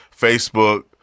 Facebook